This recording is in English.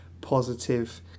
positive